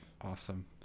Awesome